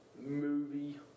movie